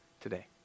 today